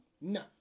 No